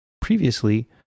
previously